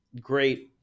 great